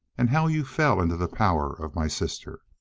and how you fell into the power of my sister